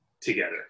together